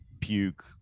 puke